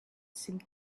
seemed